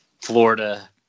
Florida